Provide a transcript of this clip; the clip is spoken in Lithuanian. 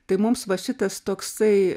tai mums va šitas toksai